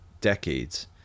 decades